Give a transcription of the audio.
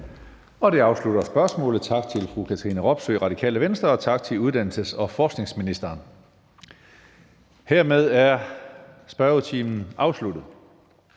Det afslutter spørgsmålet. Tak til fru Katrine Robsøe, Radikale Venstre, og tak til uddannelses- og forskningsministeren. Hermed er spørgetiden afsluttet.